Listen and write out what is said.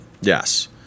yes